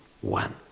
one